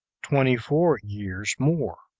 twenty-four years more,